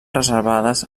reservades